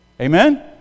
Amen